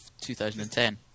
2010